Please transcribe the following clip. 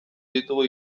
ditugu